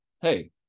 hey